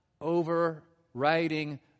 overriding